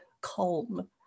calm